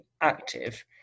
active